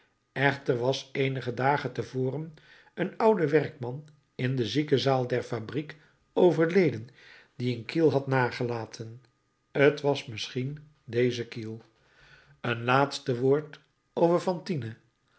echter was eenige dagen te voren een oude werkman in de ziekenzaal der fabriek overleden die een kiel had nagelaten t was misschien deze kiel een laatste woord over fantine